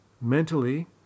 Mentally